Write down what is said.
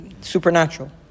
supernatural